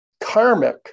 karmic